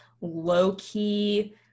low-key